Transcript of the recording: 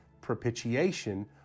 propitiation